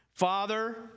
Father